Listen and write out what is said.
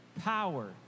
Power